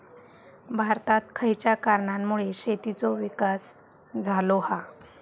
भारतात खयच्या कारणांमुळे शेतीचो विकास झालो हा?